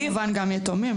זה כמובן גם יתומים.